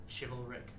chivalric